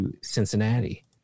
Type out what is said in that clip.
Cincinnati